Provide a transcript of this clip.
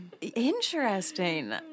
Interesting